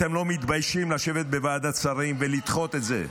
אתם לא מתביישים לשבת בוועדת שרים ולדחות את זה.